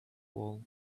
wall